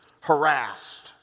harassed